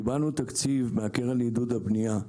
קיבלנו תקציב מהקרן לעידוד הבניה,